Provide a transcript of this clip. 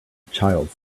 child